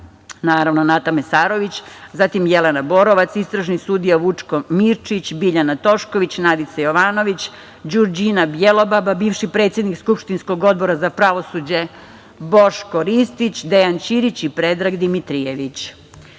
naravno, Nata Mesarović, zatim, Jelena Borovac, istražni sudija Vučko Mirčić, Biljana Tošković, Nadica Jovanović, Đurđina Bjelobaba, bivši predsednik skupštinskog Odbora za pravosuđe Boško Ristić, Dejan Ćirić i Predrag Dimitrijević. Krivičnu